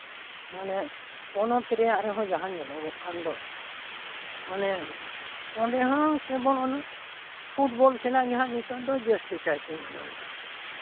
ᱢᱟᱱᱮ ᱯᱚᱱᱚᱛ ᱨᱮᱭᱟᱜ ᱨᱮᱦᱚᱸ ᱡᱟᱦᱟᱸ ᱧᱮᱞᱚᱜᱚᱜ ᱠᱟᱱ ᱫᱚ ᱚᱱᱮ ᱚᱸᱰᱮ ᱦᱚᱸ ᱠᱮᱵᱚᱞ ᱚᱱᱟ ᱯᱷᱩᱴᱵᱚᱞ ᱠᱷᱮᱞᱟ ᱜᱮ ᱦᱟᱸᱜ ᱱᱤᱛᱚᱜ ᱫᱚ ᱡᱟᱹᱥᱛᱤ ᱠᱟᱭᱛᱮ ᱧᱮᱞᱚᱜᱚᱜ ᱠᱟᱱᱟ